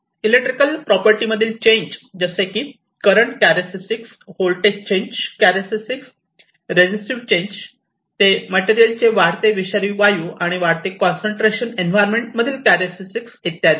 electrical property मधील change जसे की current characteristics voltage change characteristics resistive change ते मटेरियल चे वाढते विषारी वायू आणि वाढते कॉन्सन्ट्रेशन एन्व्हायरमेंट मधील कॅरॅस्टिक्स इत्यादी